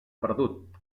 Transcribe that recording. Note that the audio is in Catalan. perdut